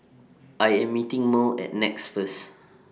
I Am meeting Merl At Nex First